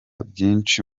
byinshi